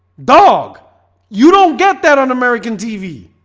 dog you don't get that on american tv